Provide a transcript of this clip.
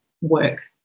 work